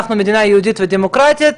אנחנו מדינה יהודית ודמוקרטית,